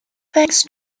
thanks